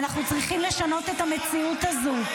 ואנחנו צריכים לשנות את המציאות הזו.